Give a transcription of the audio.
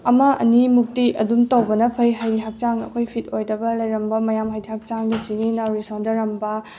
ꯑꯃ ꯑꯅꯤꯃꯨꯛꯇꯤ ꯑꯗꯨꯝ ꯇꯧꯕꯅ ꯐꯩ ꯍꯛꯆꯥꯡ ꯑꯩꯈꯣꯏ ꯐꯤꯠ ꯑꯣꯏꯗꯕ ꯂꯩꯔꯝꯕ ꯃꯌꯥꯝ ꯍꯥꯏꯗꯤ ꯍꯛꯆꯥꯡꯗ ꯁꯤꯡꯂꯤ ꯅꯥꯎꯔꯤ ꯁꯣꯟꯊꯔꯝꯕ